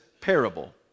parable